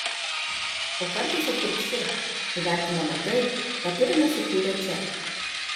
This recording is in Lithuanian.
o kartais atvirkščiai įvertiname tai ką turime sukūrę čia